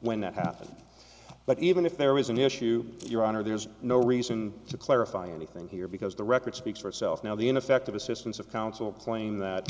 when that happened but even if there is an issue your honor there's no reason to clarify anything here because the record speaks for itself now the ineffective assistance of counsel claim that